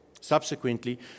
Subsequently